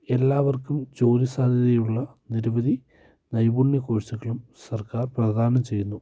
എല്ലാവർക്കും ജോലി സാധ്യതയുള്ള നിരവധി നൈപുണ്യ കോഴ്സുകളും സർക്കാർ പ്രധാനം ചെയ്യുന്നു